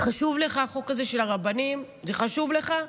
חשוב לך החוק הזה של הרבנים, זה חשוב לך?